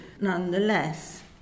Nonetheless